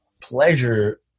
pleasure